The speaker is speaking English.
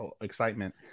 excitement